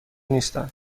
نیستند